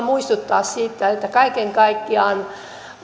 muistuttaa siitä että kaiken kaikkiaan